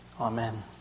Amen